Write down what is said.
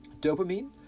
Dopamine